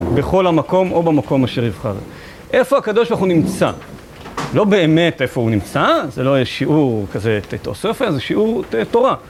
בכל המקום או במקום אשר יבחר. איפה הקדוש ברוך הוא נמצא? לא באמת איפה הוא נמצא, זה לא שיעור כזה תאוסופיה, זה שיעור תורה.